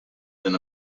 than